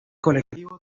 colectivo